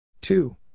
two